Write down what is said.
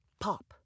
Pop